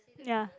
ya